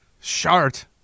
Shart